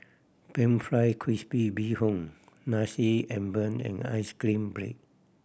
pan fry crispy bee hoon Nasi Ambeng and ice cream bread